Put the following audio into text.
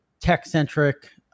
tech-centric